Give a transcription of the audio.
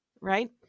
right